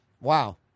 wow